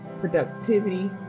productivity